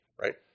right